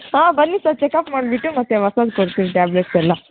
ಹಾಂ ಬನ್ನಿ sir checkup ಮಾಡಿಬಿಟ್ಟು ಮತ್ತೆ ಹೊಸಾದ್ ಕೊಡ್ತೀವಿ ಟ್ಯಾಬ್ಲೆಟ್ಸ್ ಎಲ್ಲ